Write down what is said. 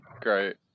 Great